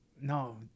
no